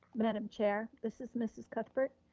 madam chair, this is mrs. cuthbert.